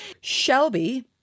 Shelby